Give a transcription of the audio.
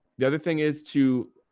the other thing is to,